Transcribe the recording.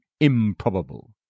improbable